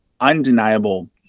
undeniable